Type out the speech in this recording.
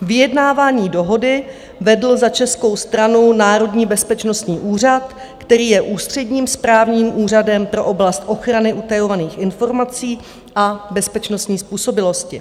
Vyjednávání dohody vedl za českou stranu Národní bezpečnostní úřad, který je ústředním správním úřadem pro oblast ochrany utajovaných informací a bezpečnostní způsobilosti.